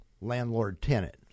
landlord-tenant